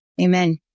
Amen